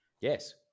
Yes